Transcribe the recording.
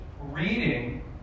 reading